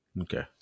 Okay